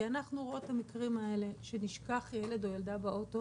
כי אנחנו רואות את המקרים האלה שנשכח ילד או ילדה באוטו